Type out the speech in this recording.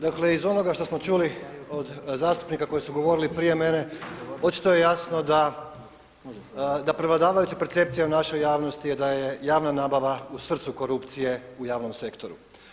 Dakle iz onoga što smo čuli od zastupnika koji su govorili prije mene očito je jasno da prevladavajuća percepcija u našoj javnosti je da je javna nabava u srcu korupcije u javnom sektoru.